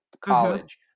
college